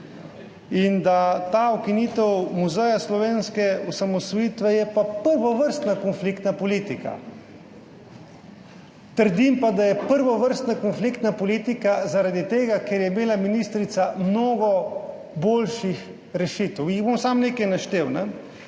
ta ukinitev Muzeja slovenske osamosvojitve je pa prvovrstna konfliktna politika. Trdim pa, da je prvovrstna konfliktna politika zaradi tega, ker je imela ministrica mnogo boljših rešitev. Jih bom samo nekaj naštel. Če